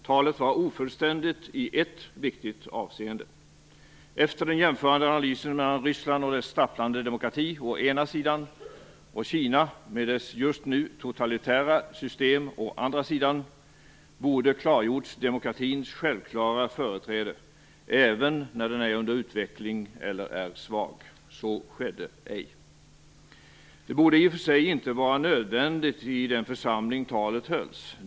Talet var ofullständigt i ett viktigt avseende. Efter den jämförande analysen mellan Ryssland och dess stapplande demokrati å ena sidan, och Kina med dess just nu totalitära system å andra sidan, borde demokratins självklara företräde ha klargjorts, även när den är under utveckling eller är svag. Så skedde ej. Det borde i och för sig inte vara nödvändigt i den församling där talet hölls.